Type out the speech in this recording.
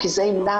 כי זה ימנע